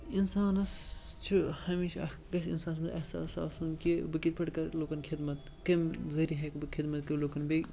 اِنسانَس چھُ ہمیشہِ اَکھ گژھِ اِنسانَس منٛز احساس آسُن کہِ بہٕ کِتھ پٲٹھۍ کَرٕ لُکَن خِدمَت کَمہِ ذٔریعہِ ہٮ۪کہٕ بہٕ خِدمَت کٔرِتھ لُکَن بیٚیہِ